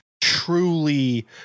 truly